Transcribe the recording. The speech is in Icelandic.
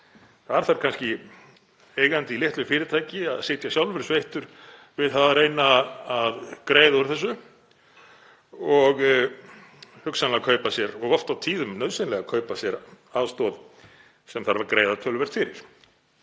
Þar þarf kannski eigandi í litlu fyrirtæki að sitja sjálfur sveittur við það að reyna að greiða úr þessu og hugsanlega kaupa sér, oft og tíðum nauðsynlega, aðstoð sem þarf að greiða töluvert fyrir.